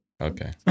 Okay